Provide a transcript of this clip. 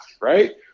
right